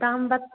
दाम बत